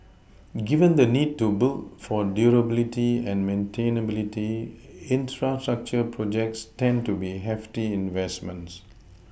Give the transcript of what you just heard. given the need to build for durability and maintainability infrastructure projects tend to be hefty investments